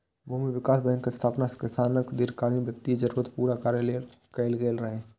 भूमि विकास बैंकक स्थापना किसानक दीर्घकालीन वित्तीय जरूरत पूरा करै लेल कैल गेल रहै